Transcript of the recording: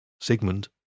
Sigmund